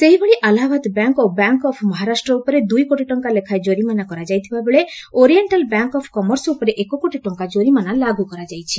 ସେହିଭଳି ଆଲ୍ଲାହାବାଦ ବ୍ୟାଙ୍କ୍ ଓ bank of Maharashtra ଉପରେ ଦୂଇ କୋଟି ଟଙ୍କା ଲେଖାଏଁ କୋରିମାନା କରାଯାଇଥିବାବେଳେ ଓରିଏଖାଲ୍ ବ୍ୟାଙ୍କ୍ ଅଫ୍ କର୍ମସ ଉପରେ ଏକ କୋଟି ଟଙ୍କା ଜୋରିମାନା ଲାଗ୍ର କରାଯାଇଛି